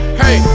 hey